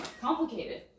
complicated